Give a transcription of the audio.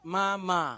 Mama